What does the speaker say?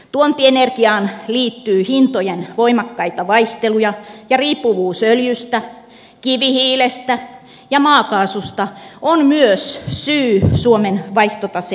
tuontienergiaan liittyy hintojen voimakkaita vaihteluja ja riippuvuus öljystä kivihiilestä ja maakaasusta on myös syy suomen vaihtotaseongelmiin